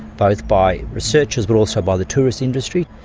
both by researchers but also by the tourist industry.